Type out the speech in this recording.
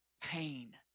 pain